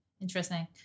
Interesting